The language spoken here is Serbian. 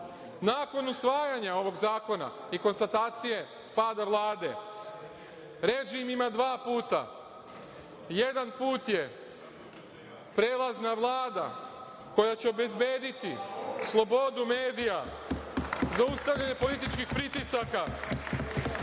Vlada. Nakon usvajanja ovog zakona i konstatacije pada Vlade, režim ima dva puta. Jedan put je prelazna Vlada koja će obezbediti slobodu medija, zaustavljanje političkih pritisaka